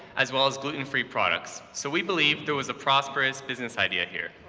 as well as gluten-free products. so we believed there was a prosperous business idea here.